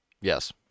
yes